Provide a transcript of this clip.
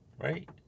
Right